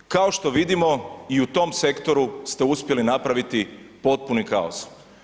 Kao što vidimo i u tom sektoru ste uspjeli napraviti potpuni kaos.